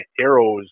arrows